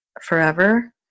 forever